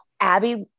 Abby